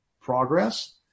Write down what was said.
progress